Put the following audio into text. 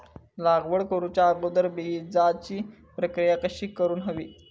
लागवड करूच्या अगोदर बिजाची प्रकिया कशी करून हवी?